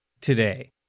today